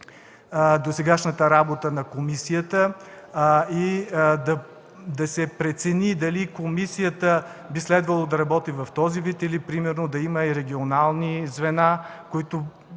досегашната работа на комисията и да се прецени дали тя би трябвало да работи в този вид, или примерно да има регионални звена, които